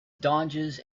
dodges